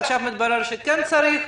עכשיו מתברר שכן צריך.